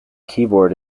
keyboard